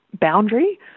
boundary